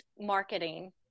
marketing